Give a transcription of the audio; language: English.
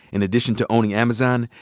in addition to owning amazon,